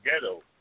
ghetto